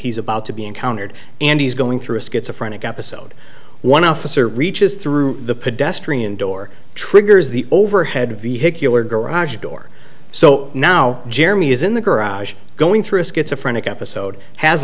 he's about to be encountered and he's going through schizophrenia one officer reaches through the pedestrian door triggers the overhead vehicular garage door so now jeremy is in the garage going through schizophrenia